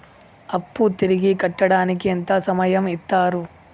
అప్పు తిరిగి కట్టడానికి ఎంత సమయం ఇత్తరు?